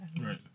Right